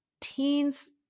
teens